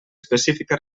específica